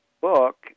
book